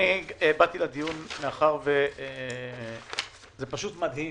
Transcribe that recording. באתי לדיון מאחר שזה פשוט מדהים